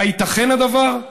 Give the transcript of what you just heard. הייתכן הדבר?